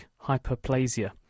hyperplasia